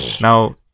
Now